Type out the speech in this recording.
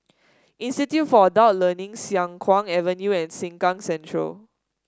Institute for Adult Learning Siang Kuang Avenue and Sengkang Central